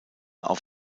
auf